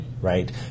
right